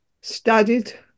studied